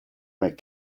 make